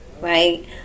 right